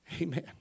Amen